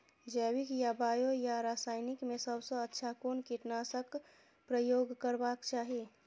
जैविक या बायो या रासायनिक में सबसँ अच्छा कोन कीटनाशक क प्रयोग करबाक चाही?